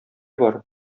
бар